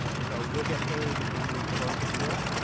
so you'll get paid when we close a deal,